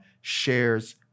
shares